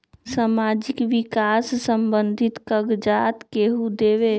समाजीक विकास संबंधित कागज़ात केहु देबे?